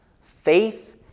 Faith